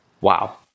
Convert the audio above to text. Wow